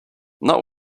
not